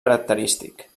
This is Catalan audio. característic